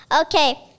Okay